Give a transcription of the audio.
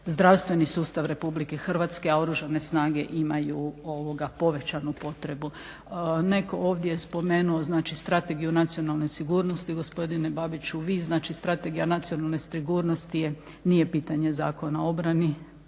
zdravstveni sustav RH, a oružane snage imaju povećanu potrebu. Netko je ovdje spomenuo strategiju nacionalne sigurnosti, gospodine Babiću vi, znači strategija nacionalne sigurnosti nije pitanje Zakona o obrani,